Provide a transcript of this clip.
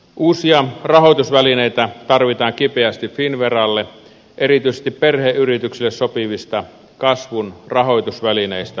uusia rahoitusvälineitä tarvitaan kipeästi finnveralle erityisesti perheyrityksille sopivista kasvun rahoitusvälineistä on pulaa